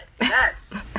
Yes